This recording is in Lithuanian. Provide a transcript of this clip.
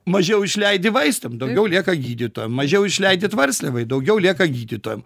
mažiau išleidi vaistam daugiau lieka gydytojam mažiau išleidi tvarsliavai daugiau lieka gydytojam